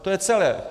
To je celé.